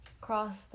cross